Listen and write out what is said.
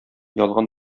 ялган